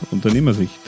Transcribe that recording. Unternehmersicht